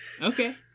okay